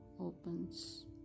opens